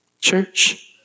church